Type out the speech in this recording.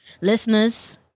Listeners